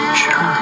sure